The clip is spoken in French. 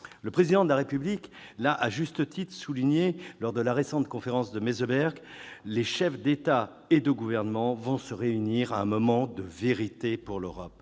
Le Président de la République l'a, à juste titre, souligné lors de la récente conférence de Meseberg : les chefs d'État ou de gouvernement vont se réunir à un moment de vérité pour l'Europe.